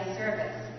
service